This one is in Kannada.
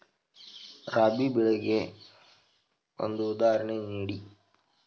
ರಾಬಿ ಬೆಳೆಗೆ ಒಂದು ಉದಾಹರಣೆ ನೀಡಿ